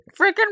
freaking